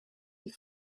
die